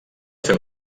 fer